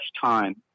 time